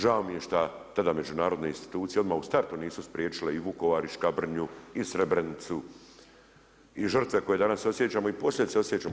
Žao mi je šta tada međunarodne institucije odmah u startu nisu spriječile i Vukovar i Škabrinju i Srebrenicu i žrtve koje danas osjećamo i posljedice osjećamo.